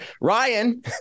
ryan